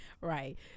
right